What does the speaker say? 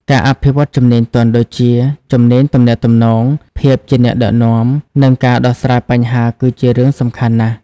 ការអភិវឌ្ឍជំនាញទន់ដូចជា ជំនាញទំនាក់ទំនង ភាពជាអ្នកដឹកនាំ និងការដោះស្រាយបញ្ហា គឺជារឿងសំខាន់ណាស់។